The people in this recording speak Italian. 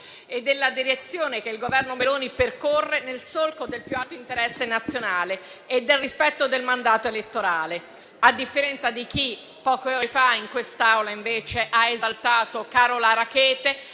e della direzione che il Governo Meloni percorre nel solco del più alto interesse nazionale e del rispetto del mandato elettorale, a differenza di chi poche ore fa in quest'Aula invece ha esaltato Carola Rackete,